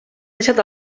deixat